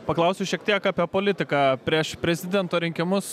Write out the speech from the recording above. paklausiu šiek tiek apie politiką prieš prezidento rinkimus